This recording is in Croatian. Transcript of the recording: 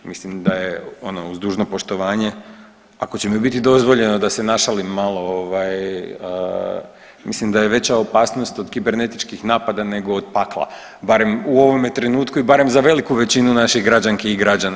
Mislim da je ono uz dužno poštovanje ako će mi biti dozvoljeno da se našalim malo, mislim da je veća opasnost od kibernetičkih nego od pakla, barem u ovome trenutku i barem za veliku većinu naših građanki i građana.